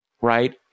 right